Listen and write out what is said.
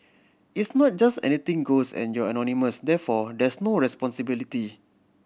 it's not just anything goes and you're anonymous therefore there's no responsibility